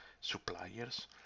suppliers